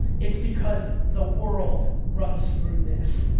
it's because the world runs through this.